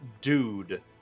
dude